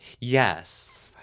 Yes